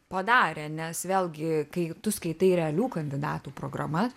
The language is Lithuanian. padarę nes vėlgi kai tu skaitai realių kandidatų programas